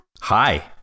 hi